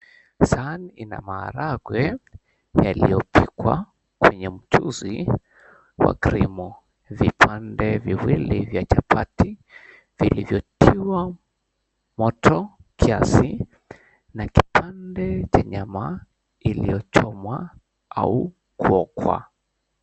Sahani ina maharagwe yaliyopikwa kwenye mchuzi wa krimu. Vipande viwili vya chapati vilivyotiwa moto kiasi na kipande cha nyama iliyochomwa au kuokwa.